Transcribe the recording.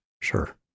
Sure